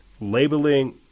labeling